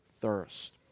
thirst